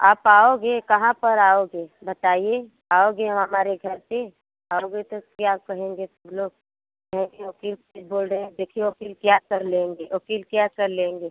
आप आओगे कहाँ पर आओगे बताइए आओगे हमारे घर पर आओगे तो क्या कहेंगे सब लोग कहेंगे वकील कुछ बोल रहे हैं देखें वकील क्या कर लेंगे वकील क्या कर लेंगे